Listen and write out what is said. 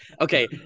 Okay